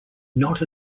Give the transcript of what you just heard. not